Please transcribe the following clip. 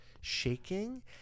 shaking